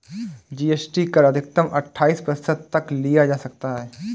GST कर अधिकतम अठाइस प्रतिशत तक लिया जा सकता है